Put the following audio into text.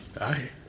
Aye